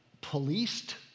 policed